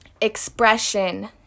expression